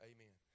Amen